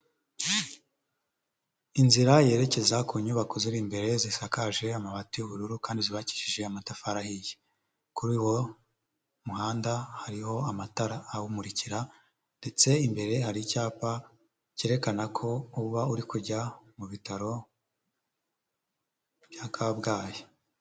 Inzira yerekeza ku nyubako ziri imbere zisakaje amabati y'ubururu kandi zubakishije amatafari ahiye, kuri uwo muhanda hariho amatara awumurikira, ndetse imbere hari icyapa cyerekana ko uba uri kujya mu bitaro bya Kabgayi.